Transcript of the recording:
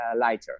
lighter